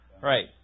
Right